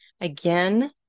Again